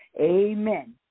Amen